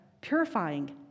purifying